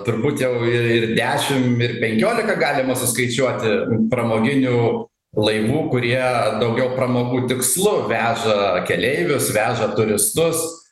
turbūt jau ir ir dešimt ir penkiolika galima suskaičiuoti pramoginių laivų kurie daugiau pramogų tikslu veža keleivius veža turistus